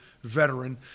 veteran